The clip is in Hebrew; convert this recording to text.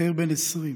צעיר בן 20,